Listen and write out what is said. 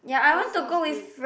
Perth sounds great